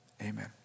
Amen